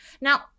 Now